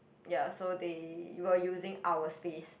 ya so they were using our space